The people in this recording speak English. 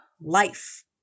Life